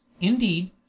indeed